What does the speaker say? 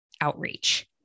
outreach